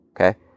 okay